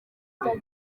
bwana